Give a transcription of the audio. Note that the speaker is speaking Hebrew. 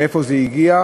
מאיפה זה הגיע,